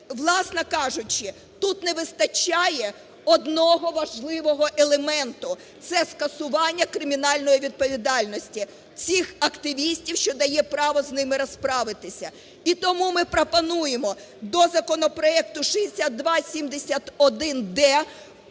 власне кажучи, тут не вистачає одного важливого елемента – це скасування кримінальної відповідальності цих активістів, що дає право з ними розправитися. І тому ми пропонуємо до законопроекту 6271-д